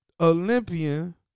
Olympian